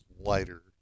lighter